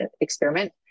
experiment